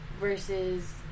versus